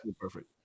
perfect